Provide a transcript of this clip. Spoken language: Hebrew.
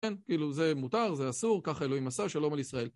כן, כאילו זה מותר, זה אסור, כך אלוהים עשה שלום על ישראל.